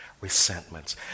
Resentments